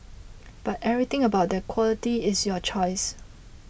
but everything about that quality is your choice